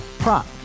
Prop